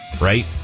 right